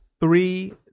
three